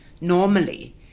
normally